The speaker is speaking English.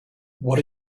what